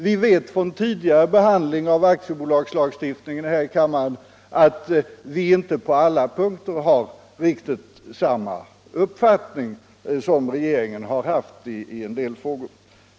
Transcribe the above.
Vi vet från tidigare behandling av aktiebolagslagstiftningen här i kammaren att vi inte på alla punkter har riktigt samma uppfattning som regeringen haft i en del frågor.